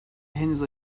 henüz